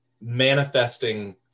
manifesting